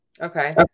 Okay